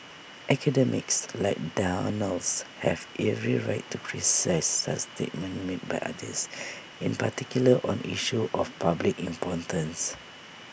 academics like Donald's have every right to criticise statements made by others in particular on issues of public importance